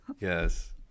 Yes